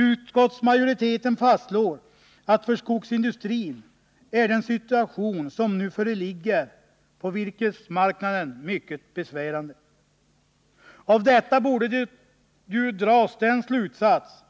Utskottsmajoriteten fastslår att för skogsindustrin är den situation som nu föreligger på virkesmarknaden mycket besvärande. Av detta borde man ju dra den slutsatsen